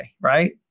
right